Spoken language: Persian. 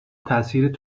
تاثیر